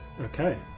Okay